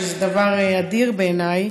שזה דבר אדיר בעיניי,